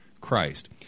Christ